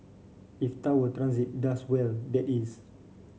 if Tower Transit does well that is